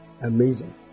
amazing